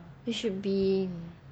it should be